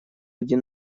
один